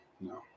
No